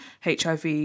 HIV